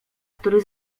który